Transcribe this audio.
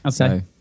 okay